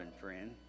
friend